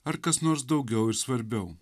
ar kas nors daugiau ir svarbiau